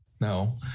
no